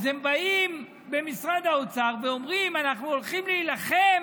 אז הם באים במשרד האוצר ואומרים: אנחנו הולכים להילחם